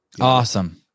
awesome